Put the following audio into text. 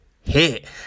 hit